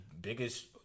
biggest